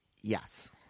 yes